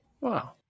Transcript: Wow